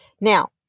Now